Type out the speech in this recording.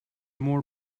more